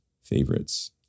favorites